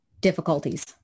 difficulties